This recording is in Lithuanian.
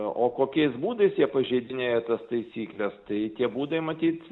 o kokiais būdais jie pažeidinėja tas taisykles tai tie būdai matyt